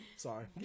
Sorry